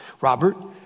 Robert